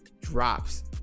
drops